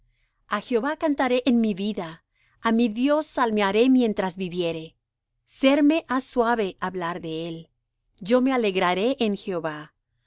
a jehová cantaré en mi vida a mi dios salmearé mientras viviere serme ha suave hablar de él yo me alegraré en jehová